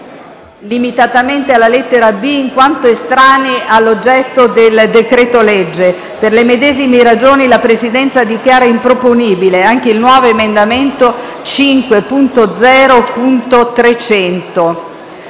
(limitatamente alla lettera *b*), in quanto estranei all'oggetto del decreto-legge. Per le medesime ragioni la Presidenza dichiara improponibile anche il nuovo emendamento 5.0.300.